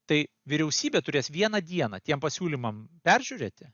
tai vyriausybė turės vieną dieną tiem pasiūlymam peržiūrėti